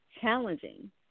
challenging